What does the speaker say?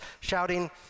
shouting